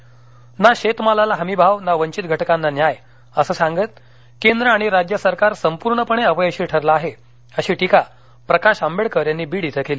प्रकाश आंबेडकर बीड ना शेतमालाला हमी भाव ना वंचित घटकांना न्याय असं सांगत केंद्र आणि राज्य सरकार संपूर्णपणे अपयशी ठरलं आहे अशी टीका प्रकाश आंबेडकर यांनी बीड इथं केली